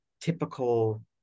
typical